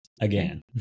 again